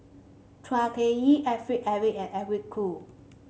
Chua Ek Kay Alfred Eric and Eric Khoo